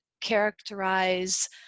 characterize